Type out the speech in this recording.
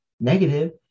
negative